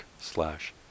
slash